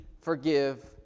forgive